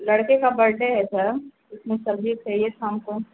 लड़के का बरडे है सर उसमें सब्ज़ी चाहिए था हमको